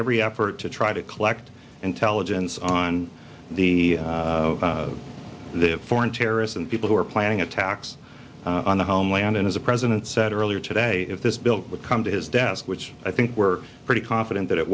every effort to try to collect intelligence on the foreign terrorists and people who are planning attacks on the homeland and as a president said earlier today if this bill would come to his desk which i think we're pretty confident that it